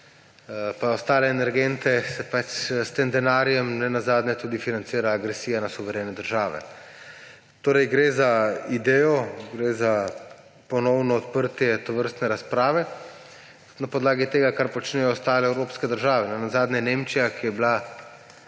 pa ostale energente, se s tem denarjem ne nazadnje financira tudi agresija na suverene države. Gre torej za idejo, gre za ponovno odprtje tovrstne razprave na podlagi tega, kar počnejo ostale evropske države. Ne nazadnje je Nemčija, ki je bila